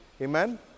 Amen